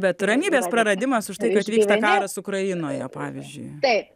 bet ramybės praradimas už tai kad vyksta karas ukrainoje pavyzdžiui